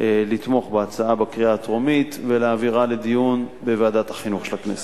לתמוך בהצעה בקריאה טרומית ולהעבירה לדיון בוועדת החינוך של הכנסת.